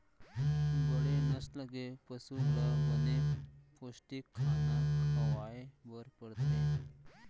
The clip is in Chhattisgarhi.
बड़े नसल के पसु ल बने पोस्टिक खाना खवाए बर परथे